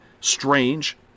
strange